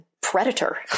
predator